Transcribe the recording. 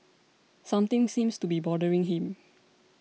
something seems to be bothering him